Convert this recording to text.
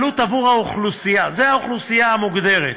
זו האוכלוסייה המוגדרת.